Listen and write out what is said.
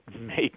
make